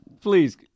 please